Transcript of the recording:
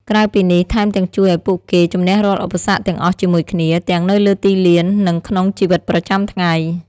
ក្រៅពីនេះ ថែមទាំងជួយឱ្យពួកគេជំនះរាល់ឧបសគ្គទាំងអស់ជាមួយគ្នា ទាំងនៅលើទីលាន និងក្នុងជីវិតប្រចាំថ្ងៃ។